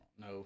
No